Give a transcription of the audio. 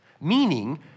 meaning